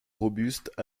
robuste